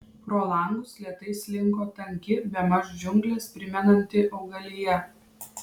pro langus lėtai slinko tanki bemaž džiungles primenanti augalija